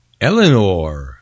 Eleanor